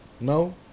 No